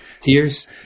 Tears